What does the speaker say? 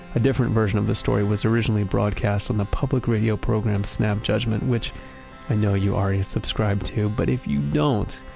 a different version of this story was originally broadcast on the public radio program snap judgment, which i know you already subscribe to. but if you don't,